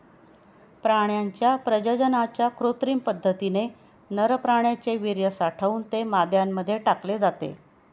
प्राण्यांच्या प्रजननाच्या कृत्रिम पद्धतीने नर प्राण्याचे वीर्य साठवून ते माद्यांमध्ये टाकले जाते